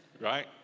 Right